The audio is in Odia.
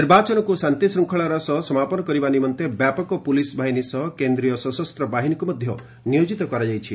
ନିର୍ବାଚନକୁ ଶାନ୍ତିଶୃଙ୍ଖଳାର ସହ ସମାପନ କରିବା ନିମନ୍ତେ ବ୍ୟାପକ ପୁଲିସ୍ ବାହିନୀ ସହ କେନ୍ଦ୍ରୀୟ ସଶସ୍ତ୍ର ବାହିନୀକୁ ମଧ୍ୟ ନିୟୋକିତ କରାଯାଇଛି